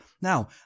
Now